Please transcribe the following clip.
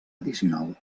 addicional